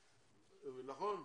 נכון?